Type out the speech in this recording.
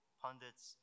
pundits